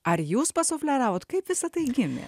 ar jūs pasufleravot kaip visa tai gimė